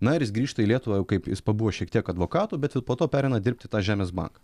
na ir jis grįžta į lietuvą jau kaip jis pabuvo šiek tiek advokatu bet po to pereina dirbti į tą žemės banką